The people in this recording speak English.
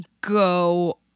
go